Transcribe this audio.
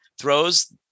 throws